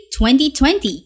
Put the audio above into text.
2020